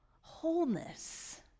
wholeness